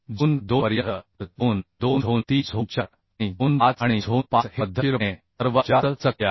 zone 2 पर्यंत तर zone 2 zone 3 zone 4 आणि झोन 5 आणि झोन 5 हे पद्धतशीरपणे सर्वात जास्त सक्रिय आहेत